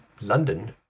London